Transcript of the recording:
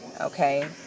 okay